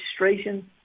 registration